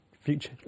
Future